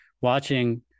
watching